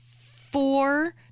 four